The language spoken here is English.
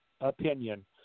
opinion